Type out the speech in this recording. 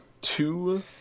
two